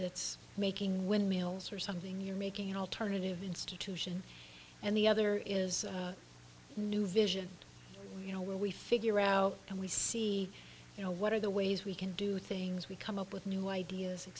that's making windmills or something you're making an alternative institution and the other is a new vision you know where we figure out and we see you know what are the ways we can do things we come up with new ideas e